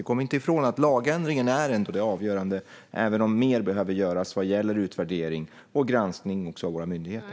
Vi kommer inte ifrån att lagändringen ändå är det avgörande, även om mer behöver göras vad gäller utvärdering och granskning också av våra myndigheter.